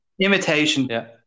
imitation